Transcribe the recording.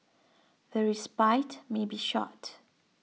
the respite may be short